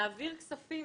להעביר כספים